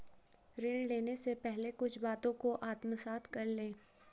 ऋण लेने से पहले कुछ बातों को आत्मसात कर लें